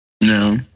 No